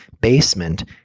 basement